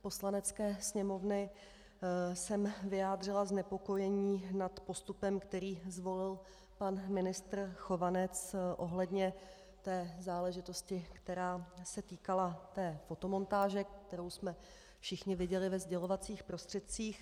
Poslanecké sněmovny jsem vyjádřila znepokojení nad postupem, který zvolil pan ministr Chovanec ohledně záležitosti, která se týkala fotomontáže, kterou jsme všichni viděli ve sdělovacích prostředcích.